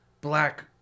black